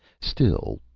still,